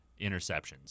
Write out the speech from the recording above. interceptions